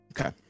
Okay